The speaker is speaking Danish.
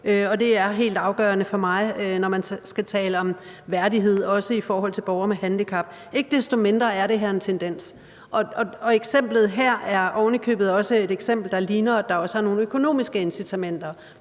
det er helt afgørende for mig, når man taler om værdighed, også i forhold til borgere med handicap. Ikke desto mindre er det her en tendens, og eksemplet her er ovenikøbet et eksempel, der viser, at der også er nogle økonomiske incitamenter.